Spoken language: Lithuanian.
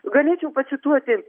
galėčiau pacituoti